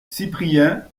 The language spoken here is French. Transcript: cyprien